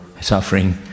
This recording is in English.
suffering